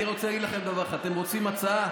אני רוצה להגיד לכם דבר אחד: אתם רוצים הצעה?